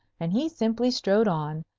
and he simply strode on,